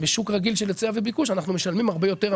בשוק רגיל של היצע וביקוש אנחנו משלמים הרבה יותר,